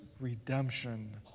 redemption